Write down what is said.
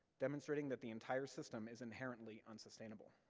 demonstrating that the entire system is inherently unsustainable.